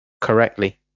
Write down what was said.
correctly